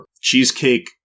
cheesecake